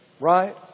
right